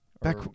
Back